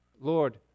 Lord